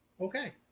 Okay